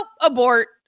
abort